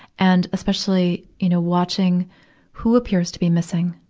and especially, you know, watching who appears to be missing,